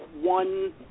one